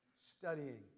studying